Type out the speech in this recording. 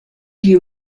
you